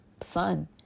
son